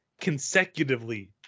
consecutively